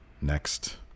Next